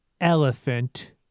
elephant